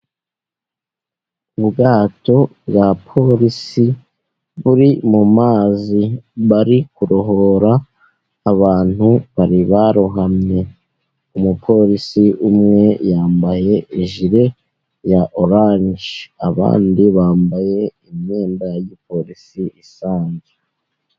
Ubwato bwa Porisi buri mu mazi, bari kurohora abantu bari barohamye. Umupolisi umwe yambaye ijire ya oranje, abandi bambaye imyenda ya giporisi isanzwe.